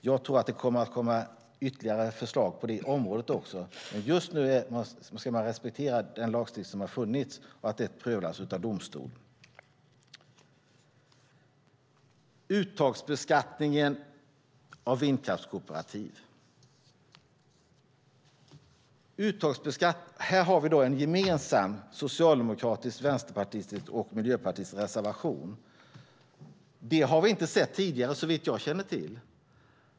Jag tror att det kommer att komma ytterligare förslag på området, men just nu ska man respektera den lagstiftning som har funnits och att detta prövas av domstol. Jag går nu över till utttagsbeskattningen av vindkraftskooperativ. Här har vi en gemensam socialdemokratisk, vänsterpartistisk och miljöpartistisk reservation. Det har vi inte sett tidigare, såvitt jag känner till.